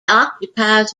occupies